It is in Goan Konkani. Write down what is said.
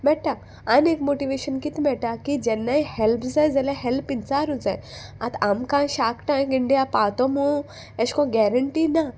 मेट्टा आनी एक मोटिवेशन कित मेटा की जेन्नाय हॅल्प जाय जाल्यार हेल्प इचारूच जाय आतां आमकां शार्क टँक इंडिया पावतो मू एश कोन गॅरंटी ना